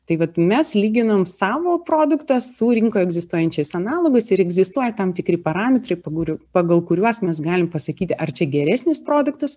tai vat mes lyginam savo produktas su rinkoje egzistuojančiais analogais ir egzistuoja tam tikri parametrai paguriu pagal kuriuos mes galim pasakyti ar čia geresnis produktas